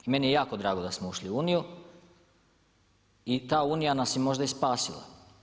I meni je jako drago da smo ušli u Uniju i ta Unija nas je možda i spasila.